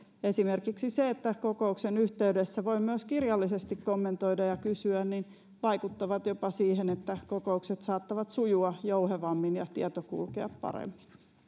esimerkiksi se että kokouksen yhteydessä voi myös kirjallisesti kommentoida ja kysyä vaikuttaa jopa siihen että kokoukset saattavat sujua jouhevammin ja tieto kulkea paremmin